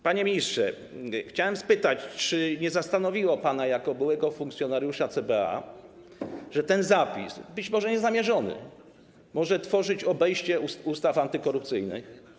Panie ministrze, chciałbym zapytać, czy nie zastanowiło pana jako byłego funkcjonariusza CBA to, że ten zapis, być może niezamierzony, może tworzyć obejście ustaw antykorupcyjnych.